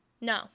No